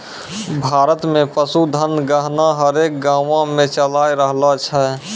भारत मे पशुधन गणना हरेक गाँवो मे चालाय रहलो छै